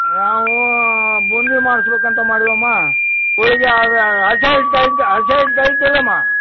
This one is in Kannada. ನಾವು ಬೂಂದಿ ಮಾಡ್ಸ್ಬೇಕು ಅಂತ ಮಾಡಿವಮ್ಮ ಹೋಳ್ಗೆ ಹಸಿ ಹಿಟ್ಟು ಐತ ಹಸಿ ಹಿಟ್ಟು ಐತೇನಮ್ಮ